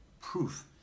proof